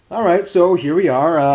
alright, so here we are.